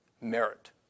merit